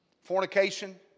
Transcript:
fornication